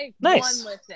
nice